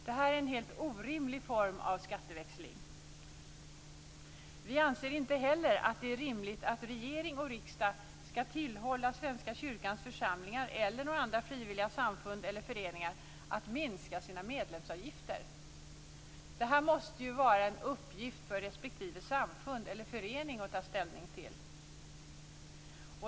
Det är en helt orimlig form av skatteväxling. Vi anser inte heller att det är rimligt att regering och riksdag skall tillhålla Svenska kyrkans församlingar eller några andra frivilliga samfund eller föreningar att sänka sina medlemsavgifter. Det måste ju vara en uppgift för respektive samfund eller förening att ta ställning till.